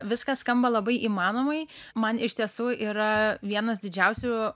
viskas skamba labai įmanomai man iš tiesų yra vienas didžiausių